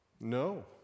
No